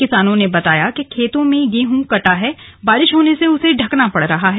किसानों ने बताया कि खेतों में गेहूं कटा है बारिश होने से उसे ढकना पड़ रहा है